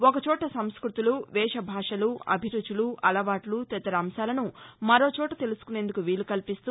ఒకచోట సంస్కృతులు వేష భాషలు అభిరుచులు అలవాట్లు తదితర అంశాలను మరోచోట తెలుసుకునేందుకు వీలు కల్పిస్తూ